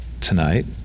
tonight